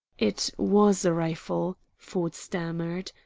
it was a rifle, ford stammered,